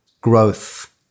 growth